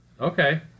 Okay